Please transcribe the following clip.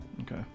Okay